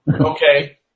Okay